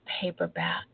paperback